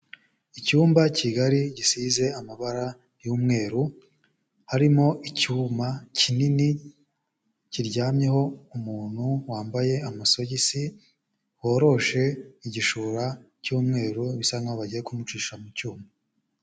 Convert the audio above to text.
Icyumba kigari gisize amabara y'umweru, harimo icyuma kinini kiryamyeho umuntu wambaye amasogisi, woroshe igishura cy'umweru bisa nkaho bagiye kumucisha mu cyuma.